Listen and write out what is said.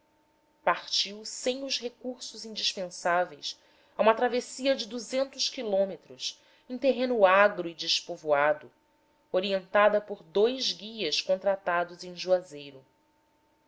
partiu sem os recursos indispensáveis a uma travessia de quilômetros em terreno agro e despovoado orientada por dous guias contratados em juazeiro